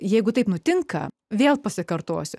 jeigu taip nutinka vėl pasikartosiu